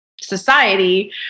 society